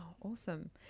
Awesome